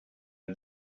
are